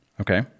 Okay